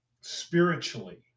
spiritually